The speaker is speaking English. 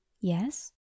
Yes